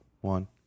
One